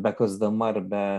bekasdama ir be